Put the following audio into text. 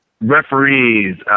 referees